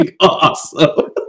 awesome